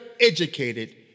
educated